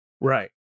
Right